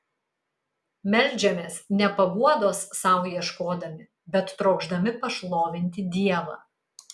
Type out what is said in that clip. meldžiamės ne paguodos sau ieškodami bet trokšdami pašlovinti dievą